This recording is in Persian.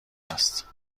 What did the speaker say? است